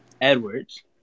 Edwards